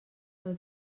del